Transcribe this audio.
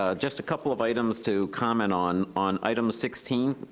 ah just a couple of items to comment on. on item sixteen,